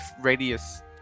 radius